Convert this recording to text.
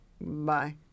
Bye